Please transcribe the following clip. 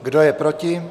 Kdo je proti?